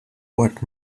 what